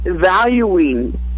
valuing